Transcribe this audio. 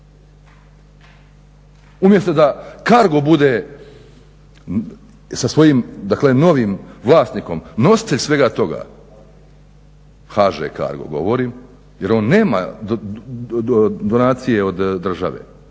Umjesto da Cargo bude sa svojim dakle novim vlasnikom nositelj svega toga, HŽ-Cargo govorim jer on nema donacije od države.